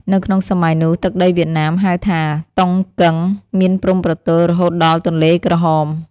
នៅក្នុងសម័យនោះ ទឹកដីវៀតណាមហៅថា "តុង កឹង" មានព្រំប្រទល់រហូតដល់ទន្លេក្រហម ។